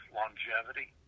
longevity